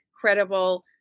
credible